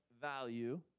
value